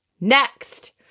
Next